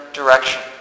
direction